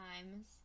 times